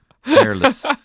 hairless